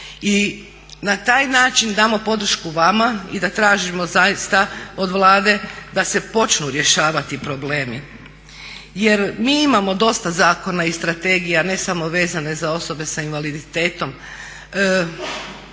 i na taj način damo podršku vama i da tražimo zaista od Vlade da se počnu rješavati problemi. Jer mi imao dosta zakona i strategija ne samo vezane za osobe s invaliditetom